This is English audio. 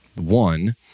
one